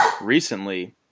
recently